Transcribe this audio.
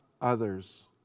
others